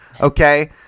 Okay